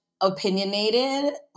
Opinionated